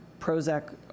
Prozac